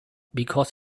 because